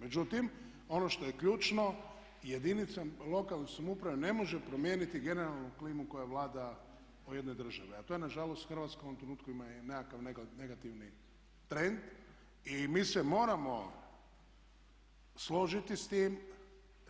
Međutim, ono što je ključno jedinica lokalne samouprave ne može promijeniti generalnu klimu koja vlada u jednoj državi, a to je na žalost Hrvatska u ovom trenutku ima i nekakav negativni trend i mi se moramo složiti s tim